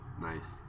Nice